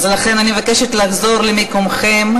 לכן אני מבקשת לחזור למקומכם.